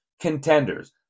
contenders